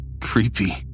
creepy